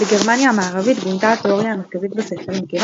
בגרמניה המערבית גונתה התאוריה המרכזית בספר מכיוון